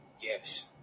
yes